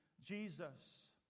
Jesus